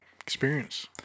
Experience